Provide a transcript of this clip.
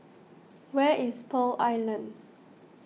where is Pearl Island